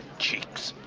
cheeks.